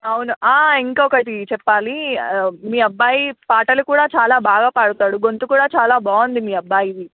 అవును ఇంకొకటి చెప్పాలి మీ అబ్బాయి పాటలు కూడా చాలా బాగా పాడతాడు గొంతు కూడా చాలా బాగుంది మీ అబ్బాయిది